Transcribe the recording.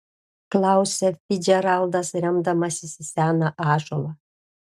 klausia ficdžeraldas remdamasis į seną ąžuolą